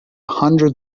hundred